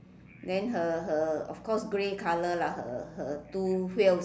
then her her of course grey colour lah her her two wheels